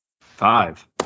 five